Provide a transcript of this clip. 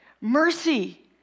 Mercy